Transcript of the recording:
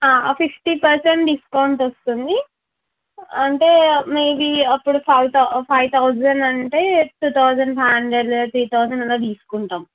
ఆ fifty percent discount వస్తుంది అంటే మీది అప్పుడు ఫైవ్ తౌ ఫైవ్ తౌజండ్ అంటే two thousand five hundred three thousand అలా తీసుకుంటాం